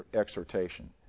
exhortation